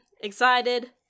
Excited